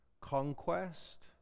conquest